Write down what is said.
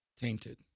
tainted